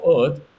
Earth